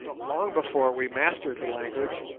long before we mastered the language,